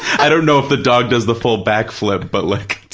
i don't know if the dog does the full back flip, but like